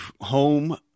Home